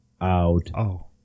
out